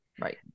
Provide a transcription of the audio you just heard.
Right